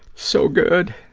so good.